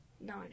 No